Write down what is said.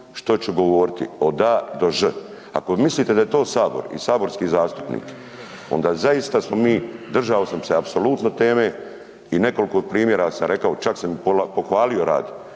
što ću govoriti od A do Ž, ako mislite da je to sabor i saborski zastupnik onda zaista smo mi, držao sam se apsolutno teme i nekoliko primjera sam rekao čak sam i pohvalio rad